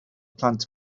plant